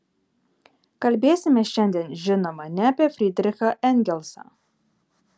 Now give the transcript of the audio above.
kalbėsime šiandien žinoma ne apie frydrichą engelsą